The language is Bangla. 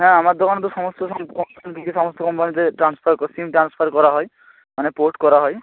হ্যাঁ আমার দোকান তো সমস্ত কম্পানিতে যে সমস্ত কোম্পানিতে ট্রান্সফার ক সিম ট্রান্সফার করা হয় মানে পোর্ট করা হয়